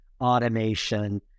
automation